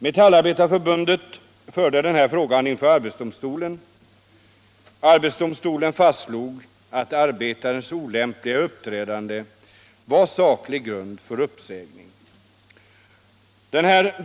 | Metallarbetareförbundet förde frågan inför arbetsdomstolen, som fast Nr 24 slog att arbetarens olämpliga uppträdande var saklig grund för uppsäg Onsdagen den .. ning.